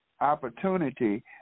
opportunity